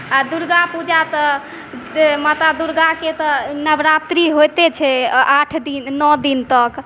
आओर दुर्गापूजा तऽ जे माता दुर्गाके तऽ नवरात्रि होइते छै आठ दिन नओ दिन तक